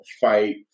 fight